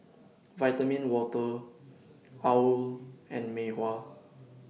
Vitamin Water OWL and Mei Hua